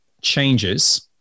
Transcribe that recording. changes